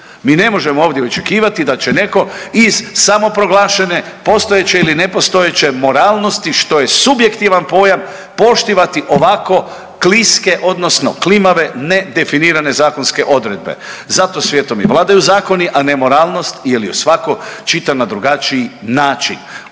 Mi ne možemo ovdje očekivati da će neko iz samoproglašene postojeće ili nepostojeće moralnosti što je subjektivan pojam poštivati ovako kliske odnosno klimave nedefinirane zakonske odredbe. Zato svijetom i vladaju zakoni, a nemoralnost je li ju svako čita na drugačiji način.